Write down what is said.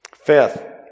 Fifth